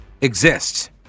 exists